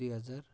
दुई हजार